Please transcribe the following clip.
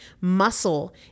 Muscle